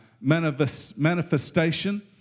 manifestation